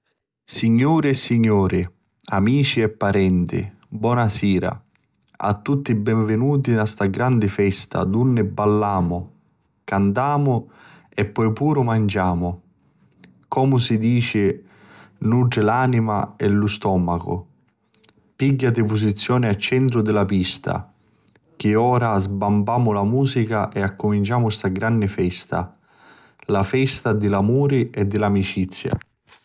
Signuri e signuri, amici e parenti bonasira a tutti e binvinuti nta sta granni festa dunni ballamu, cantamu e poi puru manciamu. Comu si dici si nutri l'anima e lu stu stòmmacu. Pigghiati pusizioni a centru di la pista cho ora sbampamu la musica e cuminciamu sta granni festa, la festa di l'amuri e di l'amicizia.